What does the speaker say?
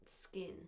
Skin